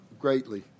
greatly